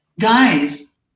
Guys